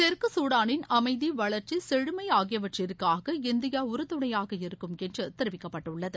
தெற்கு சூடானின் அமைதி வளர்ச்சி செழுமை ஆகியவற்றிற்காக இந்தியா உறுதுணையாக இருக்கும் என்று தெரிவிக்கப்பட்டுள்ளது